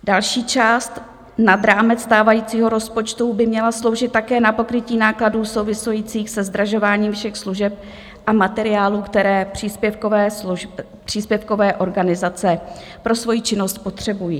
Další část nad rámec stávajícího rozpočtu by měla sloužit také na pokrytí nákladů souvisejících se zdražováním všech služeb a materiálů, které příspěvkové organizace pro svoji činnost potřebují.